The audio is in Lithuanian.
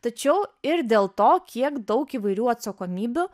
tačiau ir dėl to kiek daug įvairių atsakomybių